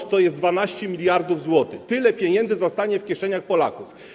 to jest 12 mld zł, tyle pieniędzy zostanie w kieszeniach Polaków.